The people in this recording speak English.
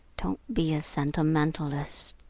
don't be a sentimentalist.